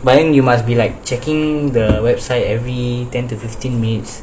but then you must be like checking the website every ten to fifteen minutes